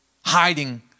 hiding